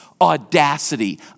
audacity